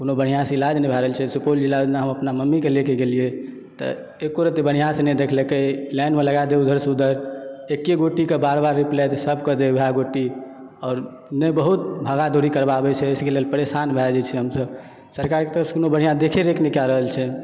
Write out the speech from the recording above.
बढ़िऑं सऽ इलाज नहि भय रहल छै सुपौल जिलामे एकदिन हम अपन मम्मी के लए कऽ गेलियै तऽ एक्को रत्ती बढ़िऑं सऽ नहि देखलकै लाइनमे लगाऽ दै इधर सऽ उधर एक्के गोटी के बार बार रिप्सलाई सब के दै ओएह गोटी और बहुत भागा दौड़ी करबाबै छै ओहि सऽ परेशान भाय जाइ छी हम सब सरकार के तरफ सऽ कोनो बढ़िऑं देखे रेख नहि कय रहल छै